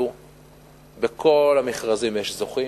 בכל המכרזים יש זוכים.